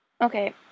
Okay